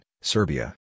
Serbia